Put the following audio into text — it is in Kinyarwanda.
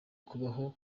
kubaho